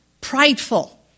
prideful